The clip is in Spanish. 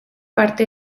parte